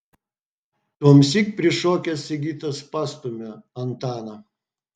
tuomsyk prišokęs sigitas pastumia antaną